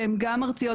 שהן גם ארציות,